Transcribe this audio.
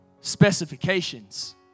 specifications